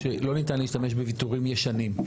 שלא ניתן להשתמש בוויתורים ישנים.